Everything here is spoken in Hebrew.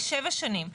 לשבע שנים,